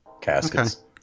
caskets